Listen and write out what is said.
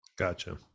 gotcha